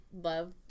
love